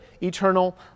eternal